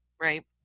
right